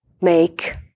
make